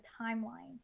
timeline